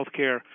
healthcare